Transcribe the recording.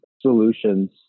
solutions